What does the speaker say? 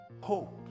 hope